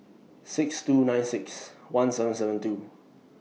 six two Night six one seven seven two